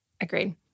Agreed